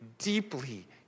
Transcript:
deeply